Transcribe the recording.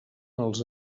els